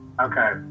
Okay